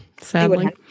sadly